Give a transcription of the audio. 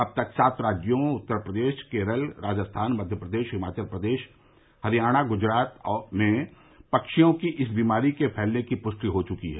अब तक सात राज्यों उत्तर प्रदेश केरल राजस्थान मध्यप्रदेश हिमाचल प्रदेश हरियाणा और ग्जरात में पक्षियों की इस बीमारी के फैलने की पृष्टि हो चुकी है